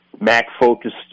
Mac-focused